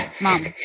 Mom